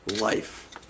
life